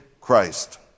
Christ